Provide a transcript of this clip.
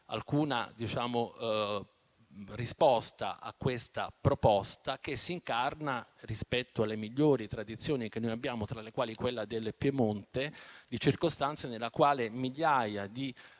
alcuna risposta a questa proposta, che si incarna, rispetto alle migliori tradizioni che abbiamo, tra le quali quella del Piemonte, in circostanze nelle quali migliaia di